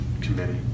committee